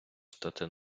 стати